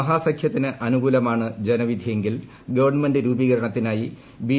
മഹാസഖ്യത്തിന് അനുകൂലമാണ് ജനവിധിയെങ്കിൽ ഗവൺമെന്റ് രൂപീകരണത്തിനായി ബി